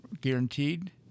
guaranteed